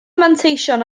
manteision